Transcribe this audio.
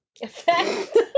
effect